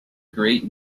great